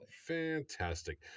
Fantastic